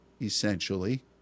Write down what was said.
essentially